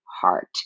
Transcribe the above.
heart